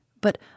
but